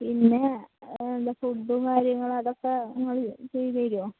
പിന്നെ എന്താണ് ഫുഡും കാര്യങ്ങളും അതൊക്കെ നിങ്ങള് ചെയ്തുതരുമോ